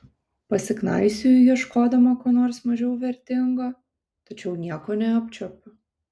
pasiknaisioju ieškodama ko nors mažiau vertingo tačiau nieko neapčiuopiu